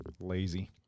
lazy